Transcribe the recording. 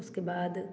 उसके बाद